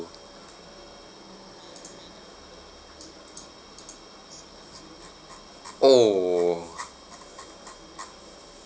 oh